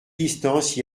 distance